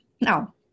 Now